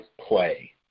play